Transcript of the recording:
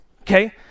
okay